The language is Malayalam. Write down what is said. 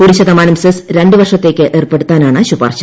ഒരു ശതമാനം സെസ് രണ്ട് വർഷത്തേക്ക് ഏർപ്പെടുത്താനാണ് ശുപാർശ